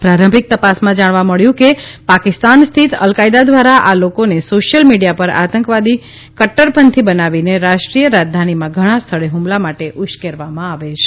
પ્રારંભિક તપાસમાં જાણવા મળ્યુ કે પાકિસ્તાન સ્થિત અલકાયદા ધવારા આ લોકોને સોશ્યલ મીડીયા પર આતંકવાદી કટૂરપંથી બનાવીને રાષ્ટ્રીય રાજધાનીમાં ઘણા સ્થળે હમલા માટે ઉશ્કેરવામાં આવે છે